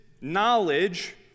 knowledge